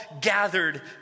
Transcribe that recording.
gathered